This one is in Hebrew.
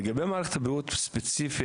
לגבי מערכת הבריאות ספציפית,